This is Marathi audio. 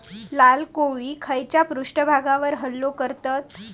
लाल कोळी खैच्या पृष्ठभागावर हल्लो करतत?